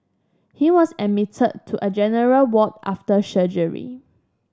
he was admitted to a general ward after surgery